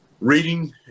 reading